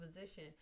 position